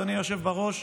אדוני היושב בראש,